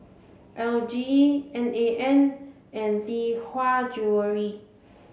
L G N A N and Lee Hwa Jewellery